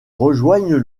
rejoignent